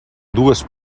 dues